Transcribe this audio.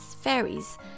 fairies